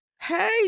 Hey